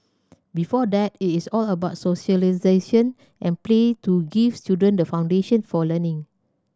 before that it is all about socialisation and play to give children the foundation for learning